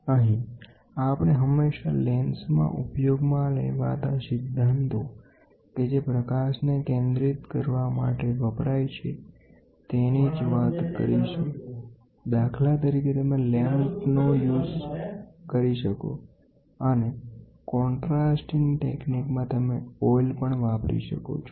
અહીં આપણે હંમેશા લેન્સ મા ઉપયોગમાં લેવાતા સિદ્ધાંતો કે જે પ્રકાશને કેન્દ્રિત કરવા માટે વપરાય છે તેની જ વાત કરીશું દાખલા તરીકે તમે લેમ્પ નો યુઝ કરી શકો અને કોન્ટ્રાસ્ટીગ ટેકનીકમાં તમે ઓઇલ પણ વાપરી શકો છો